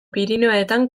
pirinioetan